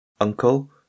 uncle